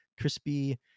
crispy